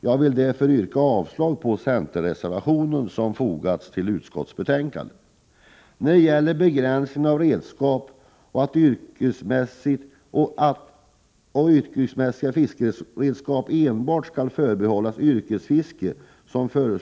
Jag vill därför yrka avslag på den centerreservation som fogats till utskottets betänkande. I centermotionen 3022 föreslås att yrkesmässiga redskap skall förbehållas yrkesfiskare.